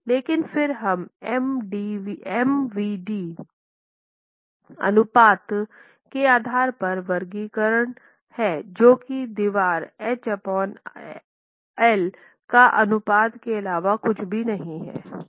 लेकिन फिर यह एम वी डीMVd अनुपात के आधार पर वर्गीकरण है जो कि दीवार h l का अनुपात के अलावा कुछ भी नहीं है